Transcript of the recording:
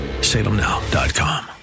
salemnow.com